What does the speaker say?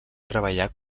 treballar